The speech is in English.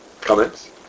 Comments